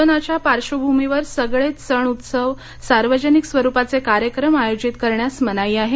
कोरोनाच्या पार्श्वभूमीवर सगळेच सण उत्सव सार्वजनिक स्वरूपाचे कार्यक्रम आयोजित करण्यास मनाई आहे